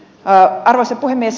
arvoisa puhemies